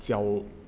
脚